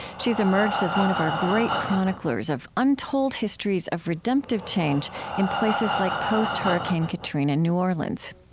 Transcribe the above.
she's emerged as one of our great chroniclers of untold histories of redemptive change in places like post-hurricane katrina new orleans.